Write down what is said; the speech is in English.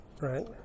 right